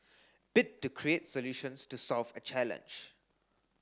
bit to create solutions to solve a challenge